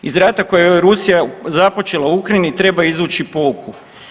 Iz rata koji je Rusija započela u Ukrajini treba izvući pouku.